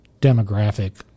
demographic